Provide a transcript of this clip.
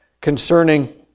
concerning